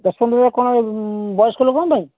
ଦଶ ଏମ୍ବିର କ'ଣ ବୟସ୍କ ଲୋକଙ୍କ ପାଇଁ